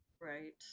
Right